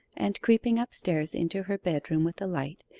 and creeping upstairs into her bedroom with a light,